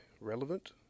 relevant